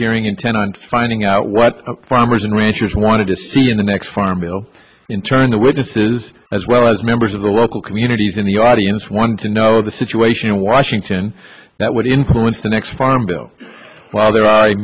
hearing intent on finding out what farmers and ranchers wanted to see in the next farm bill in turn the witnesses as well as members of the local communities in the audience want to know the situation in washington that would influence the next farm bill while there are